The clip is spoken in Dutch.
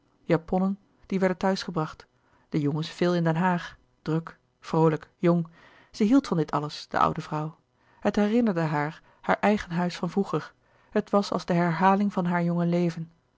japonnen die werden thuis gebracht de jongens veel in den haag druk vroolijk jong zij hield van dit alles de oude vrouw het herinnerde haar haar eigen huis van vroeger het was als de herhaling van haar jonge leven